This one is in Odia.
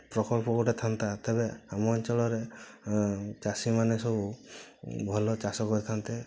ପ୍ରକଳ୍ପ ଗୋଟେ ଥାନ୍ତା ତେବେ ଆମ ଅଞ୍ଚଳରେ ଚାଷୀମାନେ ସବୁ ଭଲ ଚାଷ କରିଥାନ୍ତେ